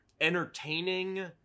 entertaining